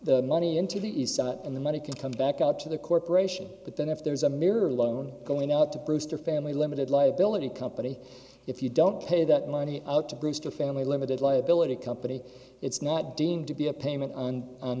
the money into the east and the money can come back up to the corporation but then if there's a mirror loan going out to brewster family limited liability company if you don't pay that money out to brewster family limited liability company it's not deemed to be a payment on